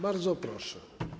Bardzo proszę.